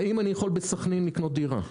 האם אני יכול בסכנין לקנות דירה?